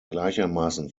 gleichermaßen